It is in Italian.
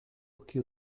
occhi